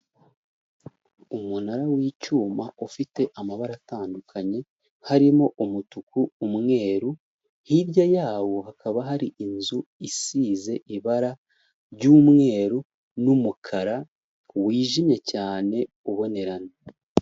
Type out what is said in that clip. Umunara w'icyuma, ufite amabara atandukanye, harimo umutuku, umweru, hirya yawo hakaba hari inzu isize ibara ry'umweru n'umukara wijimye cyane ubonerana.